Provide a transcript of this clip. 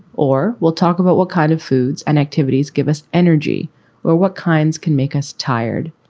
or we'll talk about what kind of foods and activities give us energy or what kinds can make us tired.